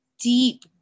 deep